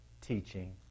teaching